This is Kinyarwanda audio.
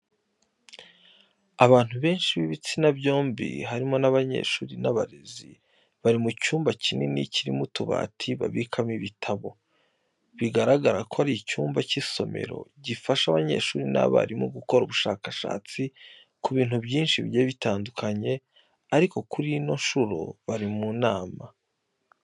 Abantu benshi b'ibitsina byombi harimo abanyeshuri n'abarezi, bari mu cyumba kinini kirimo utubati babikamo ibitabo. Bigaragara ko ari icyumba cy'isomero gifasha abanyeshuri n'abarimu gukora ubushakashatsi ku bintu byinshi bigiye bitandukanye, ariko kuri ino nshuro bari mu nama.